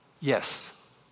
yes